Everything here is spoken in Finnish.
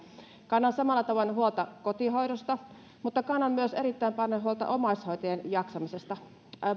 kannan samalla tavoin huolta kotihoidosta mutta kannan myös erittäin paljon huolta omaishoitajien jaksamisesta